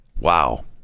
Wow